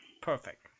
perfect